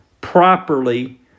properly